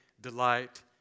delight